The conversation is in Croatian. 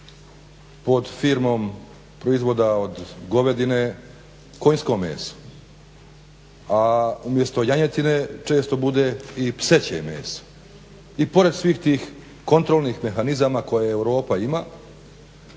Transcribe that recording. pod firmom proizvoda od govedine konjsko meso. A umjesto janjetine često bude i pseće meso. I pored svih tih kontrolnih mehanizama koje Europa ima